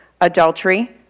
adultery